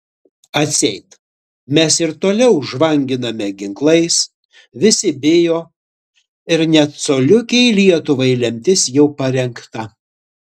atseit mes ir toliau žvanginame ginklais visi bijo ir net coliukei lietuvai lemtis jau parengta